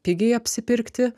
pigiai apsipirkti